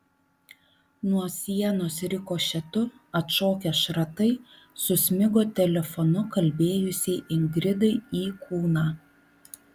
nuo sienos rikošetu atšokę šratai susmigo telefonu kalbėjusiai ingridai į kūną